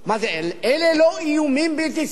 אלה לא איומים בלתי צפויים,